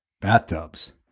bathtubs